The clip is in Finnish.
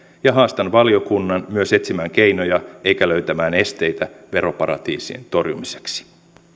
ja haastan valiokunnan myös etsimään keinoja eikä löytämään esteitä veroparatiisien torjumiseksi